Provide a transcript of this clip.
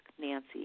Nancy